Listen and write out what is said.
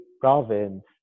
province